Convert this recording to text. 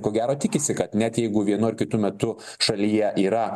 ko gero tikisi kad net jeigu vienu ar kitu metu šalyje yra